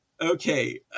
okay